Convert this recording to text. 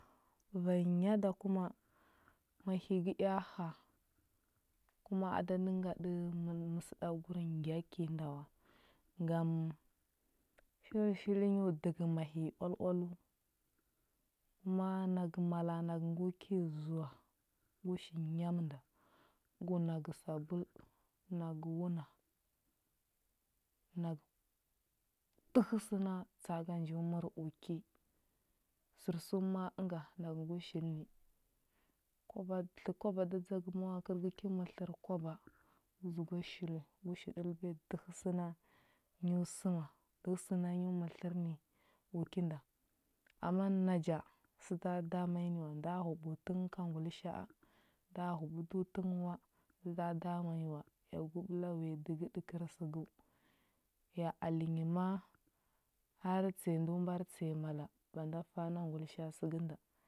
Vanyi nya da kuma mahi i gəea həa kuma a da ndə ngaɗə mən məsədagur ngya kəi nda wa. Ngam shili shili nyo dəgə mahi i oal oaləu. Kuma nagə mala nagə ngo ki zoa gu shi nyamə nda, gu nagə sabul nagə wuna, nag dəhə səna tsa aga ju mər u ki, sərsum ma ənga nagə ngu shil ni, kwaba tlə kwaba da dza gə ma a kəl gə ki mər tlər kwaba. Gu dzəgwa shili gu shili ɗəlbiya dəhə səna nyu səma, dəhə səna nyu mər tlər ni u ki nda. Ama naja səda dama nyi nə wa, nda huɓə tə nghə ka ngulisha a, nda huɓə do tə nghə wa, səda dama nyi wa, ya gu ɓəla wuya dəgə ɗə kəri səgəu. Ya alenyi ma har tsəya ndu mbar tsəya mala, ba nda fa ana ngulisha sa əgənda.